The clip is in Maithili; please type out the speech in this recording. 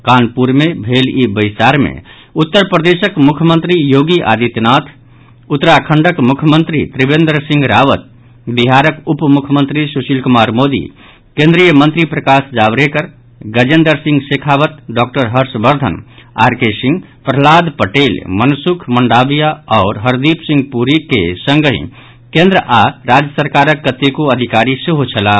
कानपुर मे भेल इ बैसार मे उत्तर प्रदेशक मुख्यमंत्री योगी आदित्यनाथ उत्तराखण्डक मुख्यमंत्री त्रिवेन्द्र सिंह रावत बिहारक उप मुख्यमंत्री सुशील कुमार मोदी केंद्रीय मंत्री Prakash Javadekar Gajendra Singh Shekhawat doctor Harshvardhan R K Singh Prahlad Patel Mansukh Mandaviya आओर हरदीप सिंह पुरी के संगहि केंद्र आओर राज्य सरकारक कतेको अधिकारी सेहो छलाह